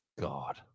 God